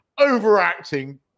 overacting